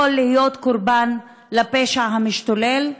יכול להיות קורבן לפשע המשתולל,